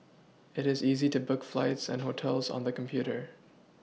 it is easy to book flights and hotels on the computer